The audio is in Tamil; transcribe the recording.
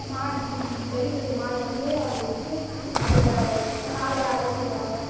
மா ஜல்லிக்கட்டு மாடு வந்து அதில் விட்டு அதில் காளையை அடக்க சொல்லுவாங்க